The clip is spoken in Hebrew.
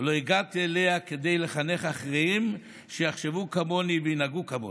ולא הגעתי אליה כדי לחנך אחרים שיחשבו כמוני וינהגו כמוני,